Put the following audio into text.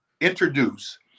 introduce